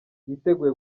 yiteguye